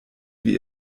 wie